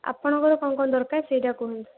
ଆପଣଙ୍କର କ'ଣ କ'ଣ ଦରକାର ସେଇଟା କୁହନ୍ତୁ